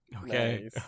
Okay